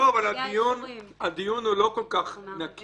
אז זה כבר לא יגיע לתקופת ההתיישנות --- הדיון הוא לא כל כך נקי.